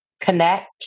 connect